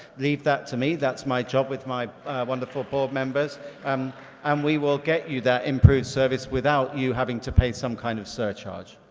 leave that to me, that's my job with my wonderful board members and um um we will get you that improved service without you having to pay some kind of surcharge.